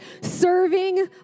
serving